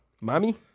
mommy